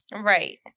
Right